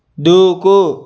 దూకు